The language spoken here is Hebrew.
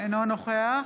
אינו נוכח